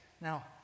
Now